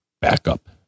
backup